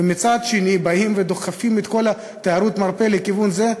ומצד שני באים ודוחפים את כל תיירות המרפא לכיוון זה?